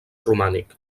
romànic